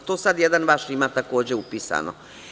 To sada jedan vaš ima takođe upisano.